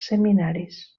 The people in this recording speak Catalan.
seminaris